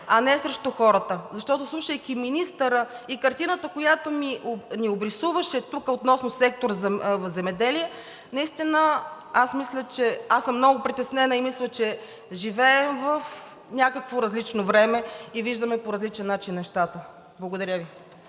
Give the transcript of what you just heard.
а не срещу хората. Защото слушайки министъра и картината, която ни обрисуваше тук относно сектор „Земеделие“, наистина аз съм много притеснена и мисля, че живеем в някакво различно време и виждаме по различен начин нещата. Благодаря Ви.